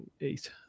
eight